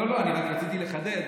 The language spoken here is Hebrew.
רק רציתי לחדד.